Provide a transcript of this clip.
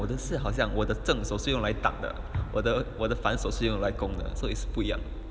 我的是好像我的正手是用来挡的我的我的反手是用来攻的 so it's 不一样